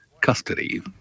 custody